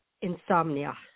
insomnia